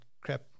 crap